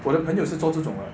我的朋友是做这种的